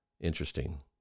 Interesting